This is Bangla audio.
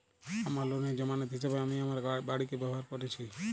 আমার লোনের জামানত হিসেবে আমি আমার বাড়িকে ব্যবহার করেছি